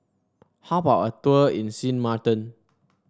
how about a tour in Sint Maarten